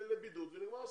לבידוד ונגמר הסיפור.